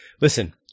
listen